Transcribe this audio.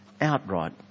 outright